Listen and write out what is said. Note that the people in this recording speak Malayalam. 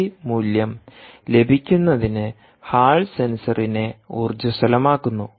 സി മൂല്യം ലഭിക്കുന്നതിന് ഹാൾ സെൻസറിനെ ഊർജ്ജസ്വലമാക്കുന്നു